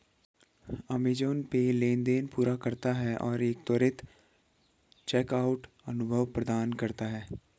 Amazon पे लेनदेन पूरा करता है और एक त्वरित चेकआउट अनुभव प्रदान करता है